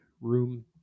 room